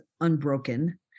unbroken